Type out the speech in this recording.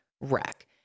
wreck